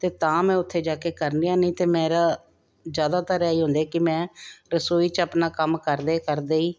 ਤੇ ਤਾਂ ਮੈਂ ਉੱਥੇ ਜਾ ਕੇ ਕਰ ਲਿਆ ਨਹੀਂ ਤੇ ਮੇਰਾ ਜਿਆਦਾਤਰ ਐਹੀ ਹੁੰਦਾ ਕੀ ਮੈਂ ਰਸੋਈ ਚ ਆਪਣਾ ਕੰਮ ਕਰਦੇ ਕਰਦੇ ਹੀ